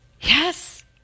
Yes